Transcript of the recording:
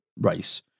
race